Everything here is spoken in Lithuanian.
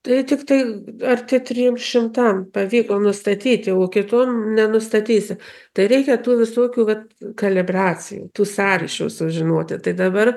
tai tiktai arti trims šimtam pavyko nustatyti o kitur nenustatysi tai reikia tų visokių vat gali drąsiai tų sąryšių sužinoti tai dabar